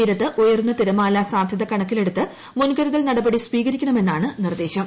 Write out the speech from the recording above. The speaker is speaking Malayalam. തീരത്ത് ഉയർന്ന തിരമാല സാധ്യതാ കണക്കിലെടുത്ത് മുൻകരുതൽ നടപടി സ്വീകരിക്കണമെന്നാണ് നിർദ്ദേശം